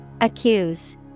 Accuse